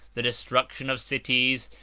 the destruction of cities,